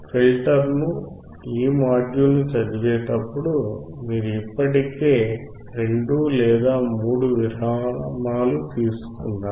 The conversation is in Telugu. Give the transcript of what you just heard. ఫిల్టర్లను ఈ మాడ్యూల్ చదివేటప్పుడు మీరు ఇప్పటికే 2 లేదా 3 విరామాలు తీసుకున్నారు